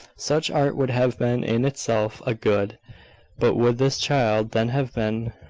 such art would have been in itself a good but would this child then have been,